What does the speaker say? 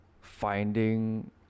finding